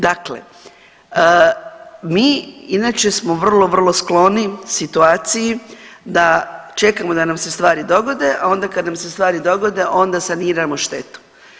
Dakle, mi inače smo vrlo, vrlo skloni situaciji da čekamo da nam se stvari dogode, a onda kad nam se stvari dogode onda saniramo štetu.